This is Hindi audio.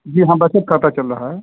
जी हाँ बचत खाता चल रहा है